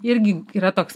irgi yra toks